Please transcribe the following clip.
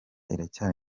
iracyari